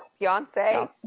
Beyonce